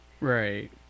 Right